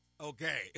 Okay